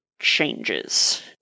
changes